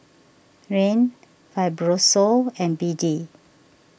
Rene Fibrosol and B D